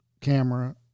camera